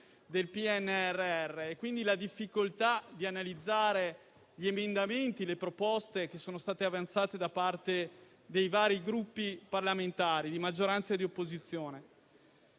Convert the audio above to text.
è stata quindi la difficoltà di analizzare gli emendamenti e le proposte avanzati da parte dei vari Gruppi parlamentari di maggioranza e di opposizione.